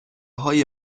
های